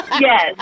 Yes